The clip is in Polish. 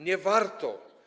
Nie warto.